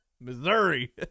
Missouri